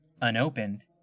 unopened